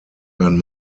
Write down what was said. earn